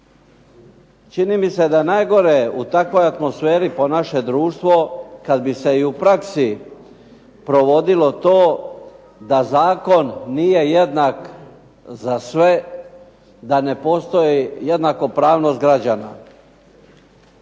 čini mi se da najgore u takvoj atmosferi po naše društvo kad bi se i u praksi provodilo to da zakon nije jednak za sve, da ne postoji jednakopravnost građana.